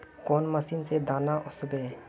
कौन मशीन से दाना ओसबे?